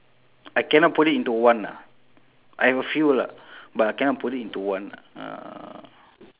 I cannot put it into one ah I have a few lah but I cannot put it into one ah uh